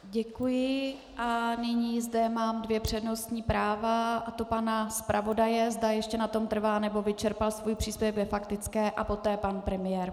Děkuji a nyní zde mám dvě přednostní práva, a to pana zpravodaje, zda ještě na tom trvá, nebo vyčerpal svůj příspěvek ve faktické, a poté pan premiér.